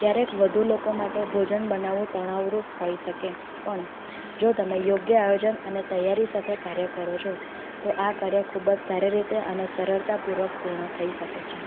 ક્યારેક વધુ લોકો માટે ભોજન બનાવું તણાવપૂર્વક હોઈ શકે પણ જો તમે યોગ્ય આયોજન અને તૈયારી સાથે કાર્ય કરો છો તો આ કાર્ય ખૂબ જ સારી રીતે અને સરળતાપૂર્વક પૂર્ણ થઈ શકે છે